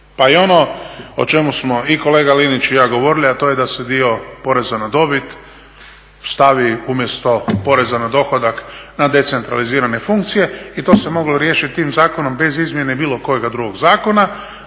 Pa i ono o čemu smo i kolega Linić i ja govorili, a to je da se dio poreza na dobit stavi umjesto poreza na dohodak na decentralizirane funkcije i to se moglo riješiti tim zakonom bez izmjene bilo kojega drugog zakona,